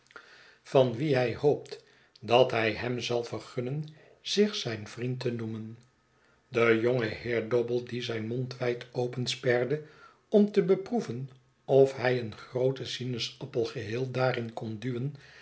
van wien hij hoopt dat hij hem zal vergunnen zich zijn vriend te noemen de jonge heer dobble die zijn mond wijd opensperde om te beproeven of hij een grooten sinaasappel geheel daarin kon duwen